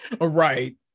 Right